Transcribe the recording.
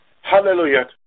hallelujah